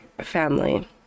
family